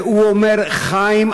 והוא אומר: חיים,